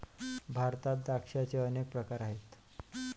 भारतात द्राक्षांचे अनेक प्रकार आहेत